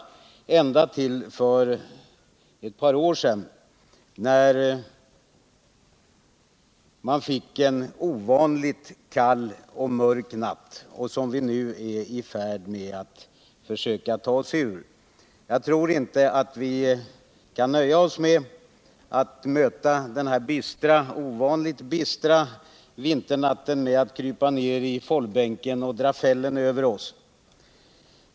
Detta gäller ända tills för ett par år sedan då man fick en ovanligt kall och mörk natt som vi nu är i färd med att försöka ta oss ur. Jag tror inte att vi kan nöja oss med att möta den här ovanligt bistra vinternatten med att krypa ned i fållbänken och dra fällen över oss.